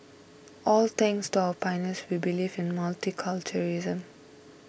all thanks to our pioneers who believed in multiculturalism